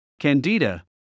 candida